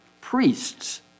priests